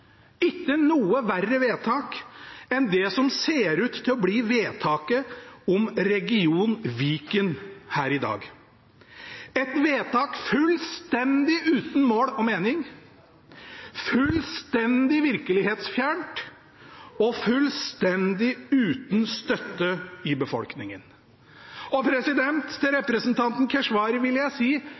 ikke noe verre vedtak, enn det som ser ut til å bli vedtaket om region Viken her i dag, et vedtak fullstendig uten mål og mening, fullstendig virkelighetsfjernt og fullstendig uten støtte i befolkningen. Og til representanten Keshvari vil jeg si: